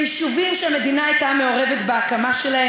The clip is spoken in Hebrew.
ביישובים שהמדינה הייתה מעורבת בהקמתם,